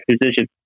position